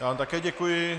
Já vám také děkuji.